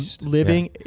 living